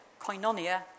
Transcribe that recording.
koinonia